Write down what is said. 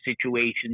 situations